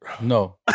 No